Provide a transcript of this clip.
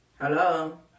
hello